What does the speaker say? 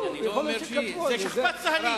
זה שכפ"ץ צה"לי.